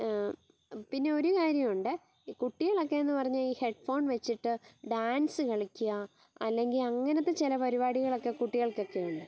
പിന്നെ ഒരു കാര്യം ഉണ്ട് ഈ കുട്ടികളക്കേന്ന് പറഞ്ഞ് കഴിഞ്ഞാൽ ഈ ഹെഡ്ഫോൺ വെച്ചിട്ട് ഡാൻസ് കളിക്കുക അല്ലെങ്കിൽ അങ്ങനത്തെ ചില പരിപാടികളക്കെ കുട്ടികൾകൊക്കെ ഉണ്ട്